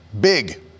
big